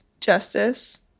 justice